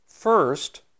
First